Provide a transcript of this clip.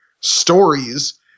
stories